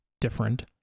different